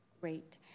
Great